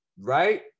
Right